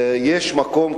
יש מקום,